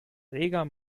reger